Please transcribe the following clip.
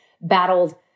battled